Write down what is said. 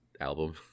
album